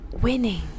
Winning